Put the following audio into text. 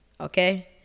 okay